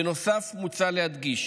בנוסף, מוצע להדגיש